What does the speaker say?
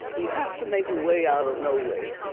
you have to make a way out of no way.